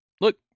look